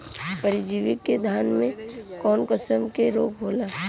परजीवी से धान में कऊन कसम के रोग होला?